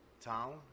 town